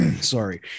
sorry